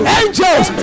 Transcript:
angels